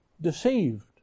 deceived